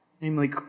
namely